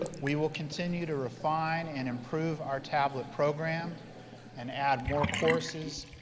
we will continue to refine and improve our tablet program and add more courses,